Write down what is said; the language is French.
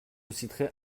citerai